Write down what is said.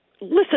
listen